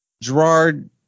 Gerard